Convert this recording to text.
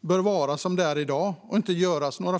bör vara som i dag och inte förändras.